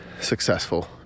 successful